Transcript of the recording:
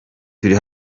turi